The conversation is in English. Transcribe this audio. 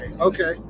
okay